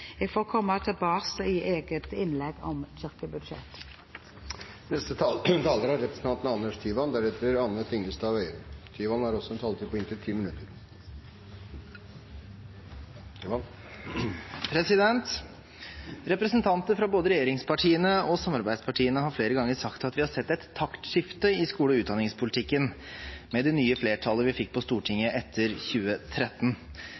Jeg får komme tilbake til kirkebudsjettet i et eget innlegg. Representanter fra både regjeringspartiene og samarbeidspartiene har flere ganger sagt at vi har sett et taktskifte i skole- og utdanningspolitikken med det nye flertallet vi fikk på